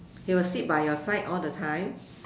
he will sit by your side all the time